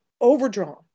overdrawn